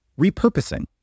repurposing